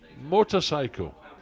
Motorcycle